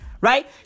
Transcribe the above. right